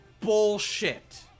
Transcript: bullshit